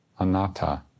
Anatta